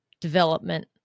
development